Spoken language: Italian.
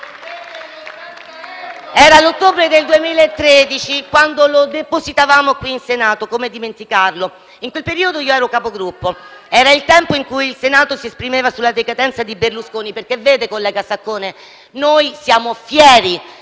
Era l'ottobre del 2013 quando lo depositavamo qui in Senato, come dimenticarlo? In quel periodo io ero Capogruppo, era il tempo in cui il Senato si esprimeva sulla decadenza di Berlusconi, perché vede, collega Saccone, noi siamo fieri